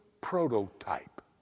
prototype